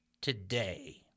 today